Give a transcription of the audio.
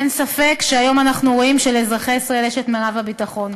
אין ספק שהיום אנחנו רואים שלאזרחי ישראל יש מרב הביטחון.